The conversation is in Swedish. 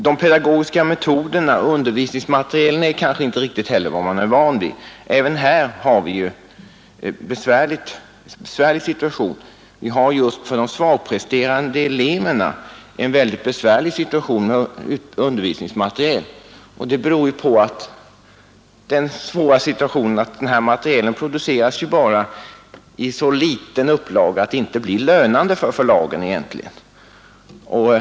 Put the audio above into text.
De pedagogiska metoderna och undervisningsmaterielen är kanske inte heller riktigt vad man är van vid. Just när det gäller de svagpresterande eleverna har vi en mycket svår situation i fråga om undervisningsmateriel, och den beror bl.a. på att den här materielen produceras i så liten upplaga att den egentligen inte blir lönande för förlagen.